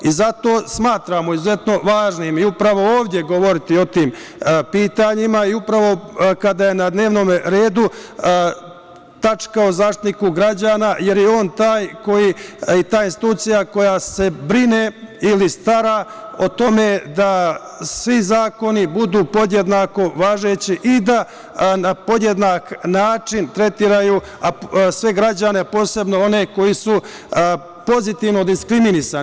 Zato smatramo izuzetno važnim i upravo ovde govoriti o tim pitanjima i upravo kada je na dnevnom redu tačka o Zaštitniku građana, jer je on ta institucija koja se brine ili stara o tome da svi zakoni budu podjednako važeći i da na podjednak način tretiraju sve građane, posebno one koji su pozitivno diskriminisani.